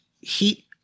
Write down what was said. heat